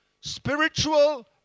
spiritual